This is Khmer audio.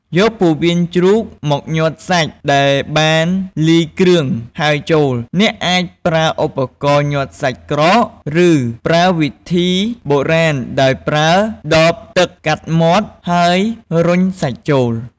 យកពោះវៀនជ្រូកមកញាត់សាច់ដែលបានលាយគ្រឿងហើយចូល អ្នកអាចប្រើឧបករណ៍ញាត់សាច់ក្រក ឬប្រើវិធីបុរាណដោយប្រើដបទឹកកាត់មាត់ ហើយរុញសាច់ចូល។